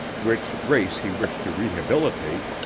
which race he wished to rehabilitate,